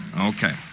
Okay